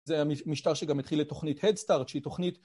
זה היה משטר שגם התחיל את תוכנית Head Start שהיא תוכנית